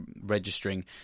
registering